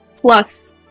Plus